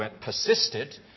persisted